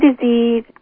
disease